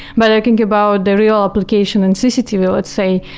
but i can give out the real application and cctv, let's say,